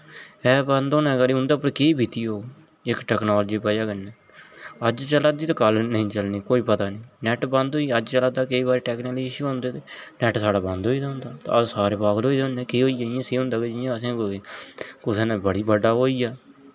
app बंद होने दे करी उंदे उप्पर केह् बीती होग इक टाइम टेक्नोलाजी वजहा कन्नै अज चला दी ते कल नेईं चलनी कोई पता निं नेट बंद होईआ अज चला दा केई बारी टेक्निकल इश्यू होंदे ते नेट साढ़ा बंद होईंदा होंदा ते अस सारे पागल होई ने केह् होईआ इ'यां सेही होंदा की असें कोई कुसै न बड़ी बड्डा ओह् होई आ